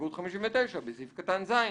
הסתייגות 59: בסעיף קטן (ז),